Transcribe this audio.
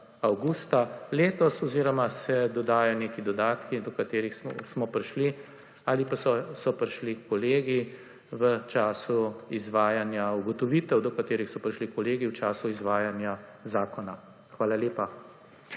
avgusta leto oziroma se dodajo neki dodatki, do katerih smo prišli, ali pa so prišli kolegi v času izvajanja, ugotovitev, do katerih so prišli kolegi v času izvajanja zakona. Hvala lepa.